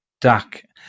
Dak